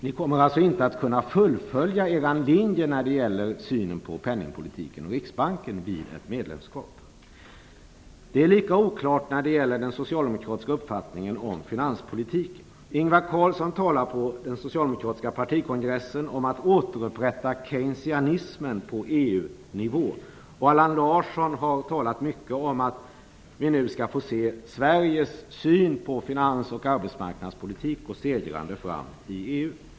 Ni kommer alltså inte att kunna fullfölja er linje när det gäller synen på penningpolitiken och Riksbanken vid ett medlemskap. Den socialdemokratiska uppfattningen om finanspolitiken är lika oklar. Ingvar Carlsson talade på den socialdemokratiska partikongressen om att återupprätta keynesianismen på EU-nivå. Allan Larsson har talat mycket om att vi nu skall få se den svenska synen på finans och arbetsmarknadspolitik gå segrande fram i EU.